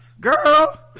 Girl